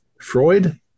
Freud